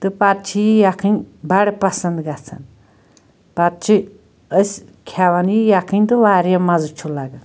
تہٕ پَتہٕ چھِ یہِ یَکھنۍ بَڈٕ پَسَنٛد گَژھان پَتہٕ چھِ أسۍ کھیٚوان یہِ یَکھنۍ تہٕ واریاہ مَزٕ چھُ لگان